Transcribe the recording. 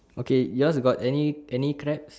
okay your got any any crabs